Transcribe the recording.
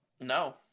No